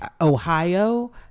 Ohio